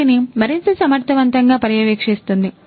వాటిని మరింత సమర్థవంతంగా పర్యవేక్షిస్తుంది